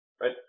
right